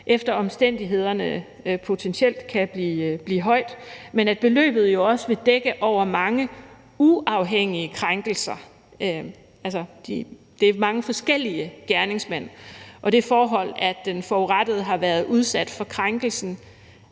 efter omstændighederne potentielt kan blive højt, men at beløbet jo også vil dække over mange uafhængige krænkelser. Det er altså mange forskellige gerningsmænd, og det forhold, at den forurettede har været udsat for krænkelsen